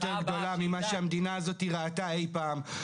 גדולה ממה שהמדיה הזאת ראתה אי פעם,